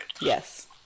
Yes